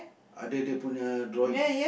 ada dia punya drawing